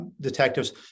detectives